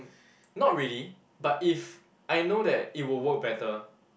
not really but if I know that it will work better